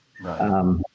Right